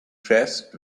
chest